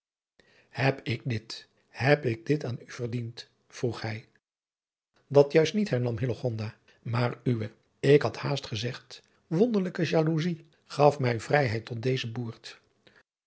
heb ik dit heb ik dit aan u verdiend vroeg hij dat juist niet hernam hillegonda maar uwe ik had haast gezegd wonderlijke jaloezij gaf mij vrijheid tot deze boert